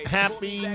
happy